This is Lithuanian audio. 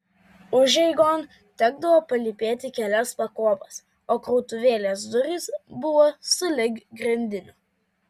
užeigon tekdavo palypėti kelias pakopas o krautuvėlės durys buvo sulig grindiniu